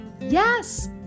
yes